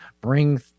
bring